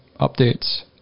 updates